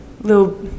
little